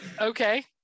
okay